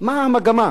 מה המגמה?